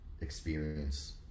experience